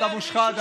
הכנסת אבו שחאדה,